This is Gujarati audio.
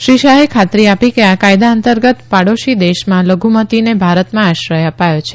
શ્રી શાહે ખાતરી આપી કે આ કાયદા અંતર્ગત ડોશી દેશમાં લઘુમતીનો ભારતમાં આશ્રથ અ ાથો છે